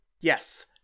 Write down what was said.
Yes